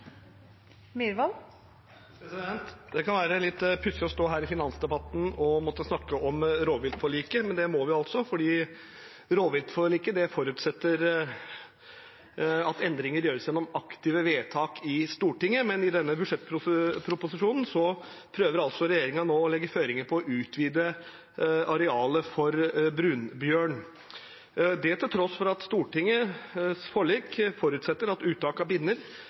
utviklingen. Det kan være litt pussig å stå her i finansdebatten og måtte snakke om rovviltforliket, men det må vi altså fordi rovviltforliket forutsetter at endringer gjøres gjennom aktive vedtak i Stortinget. Men i denne budsjettproposisjonen prøver regjeringen å legge føringer for å utvide arealet for brunbjørn – det til tross for at Stortingets forlik forutsetter at